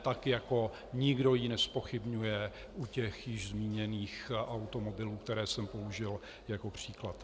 Tak jako nikdo ji nezpochybňuje u těch již zmíněných automobilů, které jsem použil jako příklad.